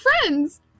friends